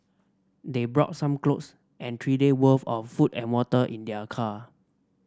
they brought some clothes and three day worth of food and water in their car